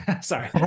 sorry